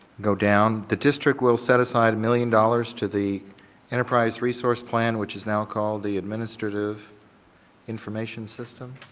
go down. the district will set aside a million dollars to the enterprise resource plan which is now called the administrative information system.